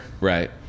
Right